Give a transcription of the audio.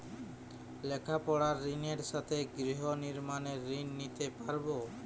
লেখাপড়ার ঋণের সাথে গৃহ নির্মাণের ঋণ নিতে পারব?